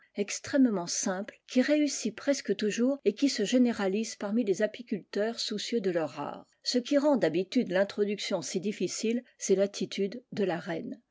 extrêmement simple qui réussît presque toujours et qui se généralise parmi les apiculteurs soucieux de leur art ce qui rend d'habitude tintroduction si difficile c'est attitude de la reine